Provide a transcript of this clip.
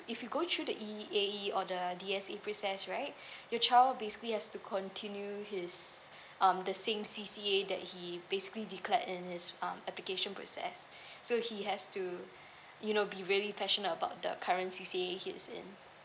if you go through E~ E_A_E or the D_S_A process right your child basically has to continue his um the same C_C_A that he basically declared in his um application process so he has to you know be really passionate about the current C_C_A he's in